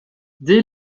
dès